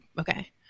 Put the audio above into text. Okay